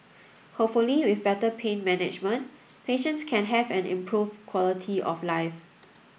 hopefully with better pain management patients can have an improved quality of life